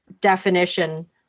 definition